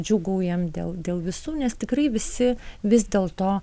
džiūgaujam dėl dėl visų nes tikrai visi vis dėlto